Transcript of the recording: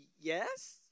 yes